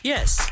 Yes